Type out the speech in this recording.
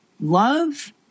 love